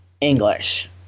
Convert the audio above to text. English